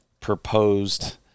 proposed